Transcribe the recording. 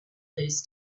news